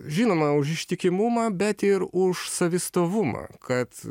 žinoma už ištikimumą bet ir už savistovumą kad